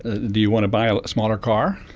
ah do you want to buy a smaller car?